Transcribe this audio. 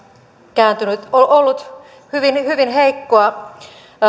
ollut hyvin heikkoa